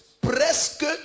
Presque